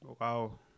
Wow